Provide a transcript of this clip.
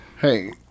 hey